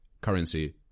currency